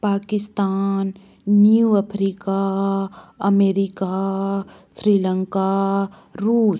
Pakistan new Africa America Sri Lanka रूस